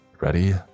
Ready